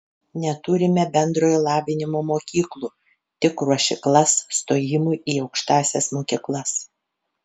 neturime bendrojo lavinimo mokyklų tik ruošyklas stojimui į aukštąsias mokyklas